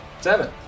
Seven